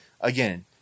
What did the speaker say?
Again